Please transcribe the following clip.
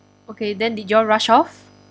okay then did you all rush off